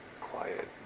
quiet